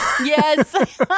Yes